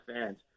fans